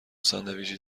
ساندویچی